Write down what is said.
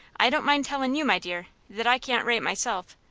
i don't mind tellin' you, my dear, that i can't write myself,